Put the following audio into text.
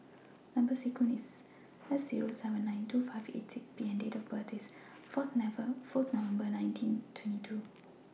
Number sequence IS S Zero seven nine two five eight six P and Date of birth IS four November nineteen twenty two